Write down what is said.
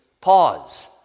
Pause